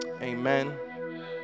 Amen